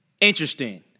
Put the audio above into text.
Interesting